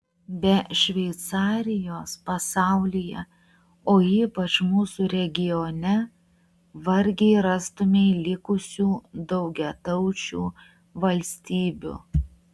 be šveicarijos pasaulyje o ypač mūsų regione vargiai rastumei likusių daugiataučių valstybių